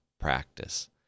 practice